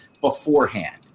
beforehand